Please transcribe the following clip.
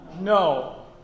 No